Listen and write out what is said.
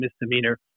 misdemeanor